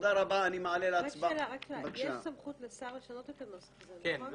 יש סמכות לשר לשנות את הנוסח הזה, נכון?